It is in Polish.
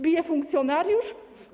Bije funkcjonariusz?